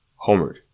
homered